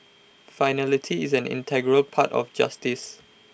finality is an integral part of justice